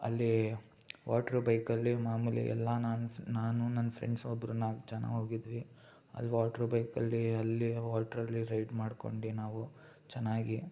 ಅಲ್ಲಿ ವಾಟ್ರು ಬೈಕಲ್ಲಿ ಮಾಮೂಲಿ ಎಲ್ಲ ನಾನು ನಾನು ನನ್ನ ಫ್ರೆಂಡ್ಸ್ ಒಬ್ರು ನಾಲ್ಕು ಜನ ಹೋಗಿದ್ವಿ ಅಲ್ಲಿ ವಾಟ್ರು ಬೈಕಲ್ಲಿ ಅಲ್ಲಿ ವಾಟ್ರಲ್ಲಿ ರೈಡ್ ಮಾಡ್ಕೊಂಡು ನಾವು ಚೆನ್ನಾಗಿ